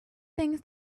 things